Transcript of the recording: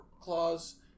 clause